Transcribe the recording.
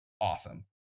awesome